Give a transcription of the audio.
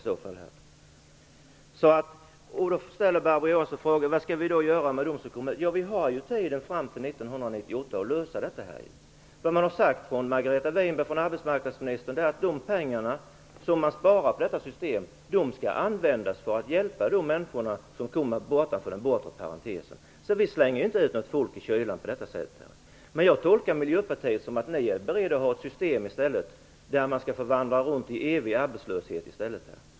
Sedan undrade Barbro Johansson vad vi skall göra med dem som ramlar ur systemet. Vi har ju tiden fram till 1998 att lösa den frågan. Arbetsmarknadsminister Margareta Winberg har sagt att de pengar som man sparar genom att tillämpa detta system skall användas för att hjälpa de människor som hamnar bortom den bortre parentesen. Så vi slänger inte ut folk i kylan. Men jag tolkar er i Miljöpartiet så att ni är beredda att ha ett system där man får vandra runt i evig arbetslöshet i stället.